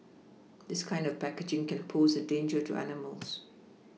this kind of packaging can pose a danger to animals